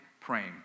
praying